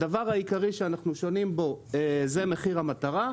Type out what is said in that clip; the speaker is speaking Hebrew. הדבר העיקרי שאנחנו שונים בו זה מחיר המטרה.